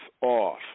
off